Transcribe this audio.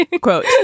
Quote